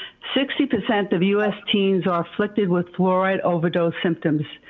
sixty percent of u s. teens are afflicted with fluoride overdose symptoms,